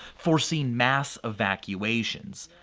forcing mass evacuations.